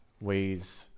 weighs